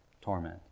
torment